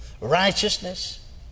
righteousness